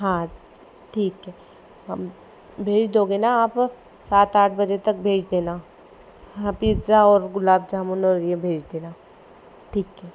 हाँ ठीक है भेज दोगे ना आप सात आठ बजे तक भेज देना हाँ पिज़्ज़ा और गुलाब जामुन और ये भेज देना ठीक है